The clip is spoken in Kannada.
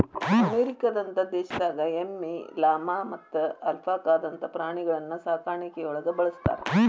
ಅಮೇರಿಕದಂತ ದೇಶದಾಗ ಎಮ್ಮಿ, ಲಾಮಾ ಮತ್ತ ಅಲ್ಪಾಕಾದಂತ ಪ್ರಾಣಿಗಳನ್ನ ಸಾಕಾಣಿಕೆಯೊಳಗ ಬಳಸ್ತಾರ